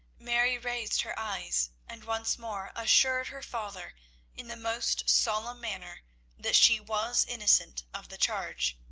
mary raised her eyes, and once more assured her father in the most solemn manner that she was innocent of the charge.